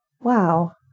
wow